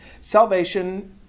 salvation